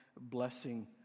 blessing